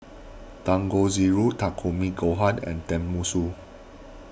Dangojiru Takikomi Gohan and Tenmusu